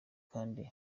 kandi